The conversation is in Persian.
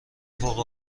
فوق